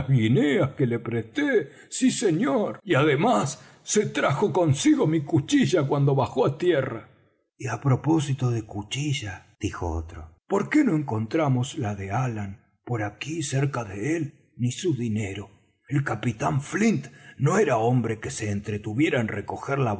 guineas que le presté sí señor y además se trajo consigo mi cuchilla cuando bajó á tierra y á propósito de cuchilla dijo otro por qué no encontramos la de allan por aquí cerca de él ni su dinero el capitán flint no era hombre que se entretuviera en recoger la